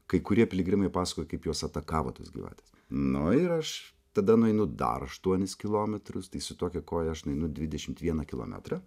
kai kurie piligrimai pasakojo kaip juos atakavo tos gyvatės nu ir aš tada nueinu dar aštuonis kilometrus tai su tokia koja aš nueinu dvidešimt vieną kilometrą